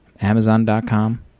Amazon.com